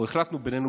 או החלטנו בינינו,